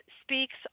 speaks